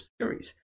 series